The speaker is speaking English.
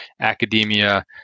academia